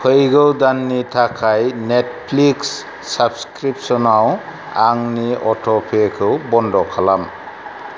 फैगौ दाननि थाखाय नेटफ्लिक्स साब्सक्रिपसनाव आंनि अट'पेखौ बन्द खालाम